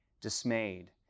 dismayed